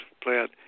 plant